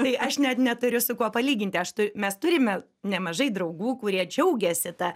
tai aš net neturiu su kuo palyginti aš tu mes turime nemažai draugų kurie džiaugėsi ta